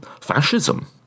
fascism